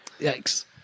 Yikes